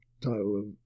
title